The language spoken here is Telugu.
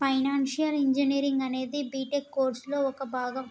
ఫైనాన్షియల్ ఇంజనీరింగ్ అనేది బిటెక్ కోర్సులో ఒక భాగం